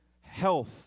health